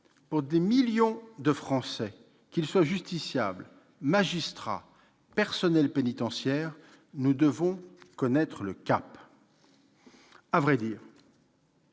pour des millions de Français, qu'ils soient justiciables, magistrats, personnels pénitentiaires, nous devons connaître le cap. À vrai dire,